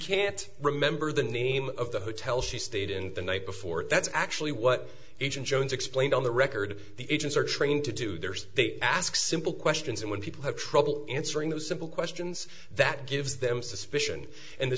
can't remember the name of the hotel she stayed in the night before and that's actually what agent jones explained on the record the agents are trained to do there's they ask simple questions and when people have trouble answering those simple questions that gives them suspicion and the